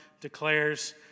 declares